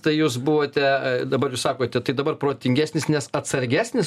tai jūs buvote dabar jūs sakote tai dabar protingesnis nes atsargesnis